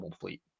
fleet